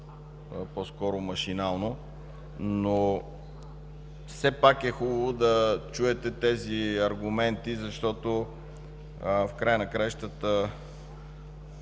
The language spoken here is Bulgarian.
гласува машинално, но все пак е хубаво да чуете тези аргументи, защото в края на краищата